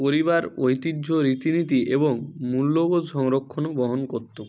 পরিবার ঐতিহ্য রীতিনীতি এবং মূল্যবোধ সংরক্ষণ ও বহন করত